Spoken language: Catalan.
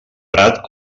prat